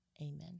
amen